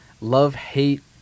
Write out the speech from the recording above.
love-hate